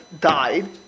died